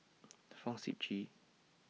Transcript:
Fong Sip Chee